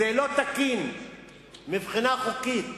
זה לא תקין מבחינה חוקית,